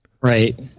Right